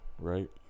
right